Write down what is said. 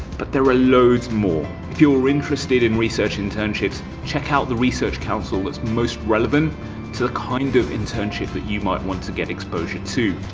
but there are loads more if you're interested in research internships. check out the research council that's most relevant to the kind of internship that you might want to get exposure to.